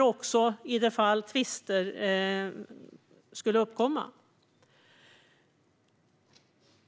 och också gäller för det fall att tvister skulle uppkomma.